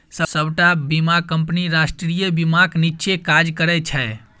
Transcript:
सबटा बीमा कंपनी राष्ट्रीय बीमाक नीच्चेँ काज करय छै